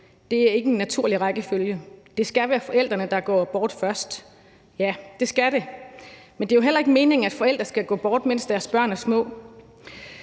Det er ikke en naturlig rækkefølge. Det skal være forældrene, der går bort først. Ja, det skal det, men det er jo heller ikke meningen, at forældre skal gå bort, mens deres børn er små.